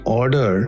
order